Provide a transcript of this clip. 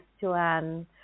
Joanne